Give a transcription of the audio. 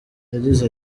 yagize